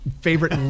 favorite